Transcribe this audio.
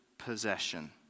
possession